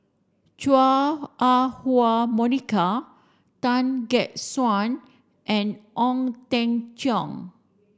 Chua Ah Huwa Monica Tan Gek Suan and Ong Teng Cheong